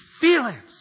feelings